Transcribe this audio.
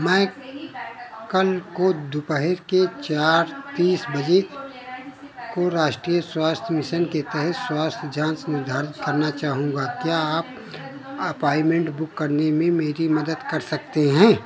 मैं कल को दोपहर के चार तीस बजे को राष्ट्रीय स्वास्थ्य मिशन के तहत स्वास्थ्य जांच निर्धारित करना चाहूंगा क्या आप अपॉइंटमेंट बुक करने में मेरी मदद कर सकते हैं